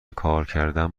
کارکردن